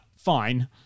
Fine